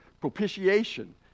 propitiation